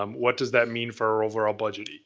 um what does that mean for our overall budget?